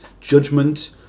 judgment